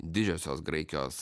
didžiosios graikijos